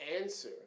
answer